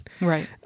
right